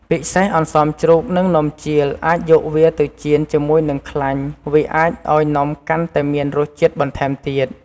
ពិសេសអន្សមជ្រូក និងនំជៀលអាចយកវាទៅចៀនជាមួយនឹងខ្លាញ់ វាអាចឱ្យនំកាន់តែមានរស់ជាតិបន្ថែមទៀត។